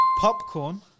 popcorn